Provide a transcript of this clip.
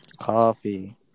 Coffee